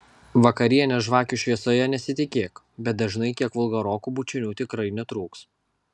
vakarienės žvakių šviesoje nesitikėk bet dažnai kiek vulgarokų bučinių tikrai netrūks